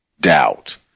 doubt